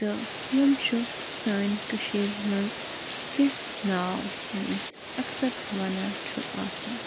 تہٕ یِم چھِ سانہِ کٔشیٖرِ منٛز کینٛہہ ناو یِم أسۍ اَکثر وَنان چھُ آسان